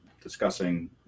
discussing